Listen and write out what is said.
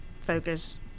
focus